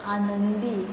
आनंदी